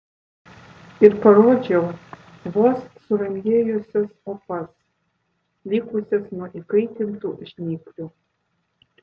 ir parodžiau vos surandėjusias opas likusias nuo įkaitintų žnyplių